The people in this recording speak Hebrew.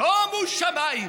שומו שמיים.